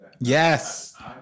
Yes